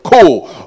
cool